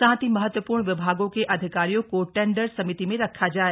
साथ ही महत्वपूर्ण विभागों के अधिकारियों को टेंडर समिति में रखा जाए